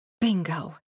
Bingo